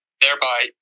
thereby